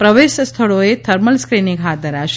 પ્રવેશ સ્થળોએ thermal screening હાથ ધરાશે